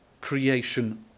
creation